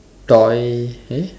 toy eh